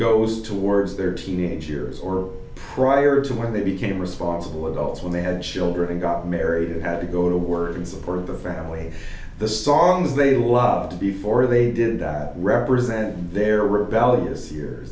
goes towards their teenage years or prior to when they became responsible adults when they had children and got married and had to go to work in support of the family the songs they love to before they did that represent their rebellious years